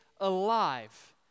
alive